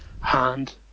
hand